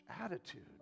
attitude